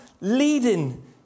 leading